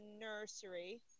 nursery